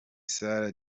sara